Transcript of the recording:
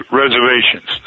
reservations